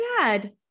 dad